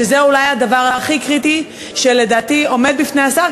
שזה אולי הדבר הכי קריטי שלדעתי עומד בפני השר,